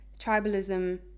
tribalism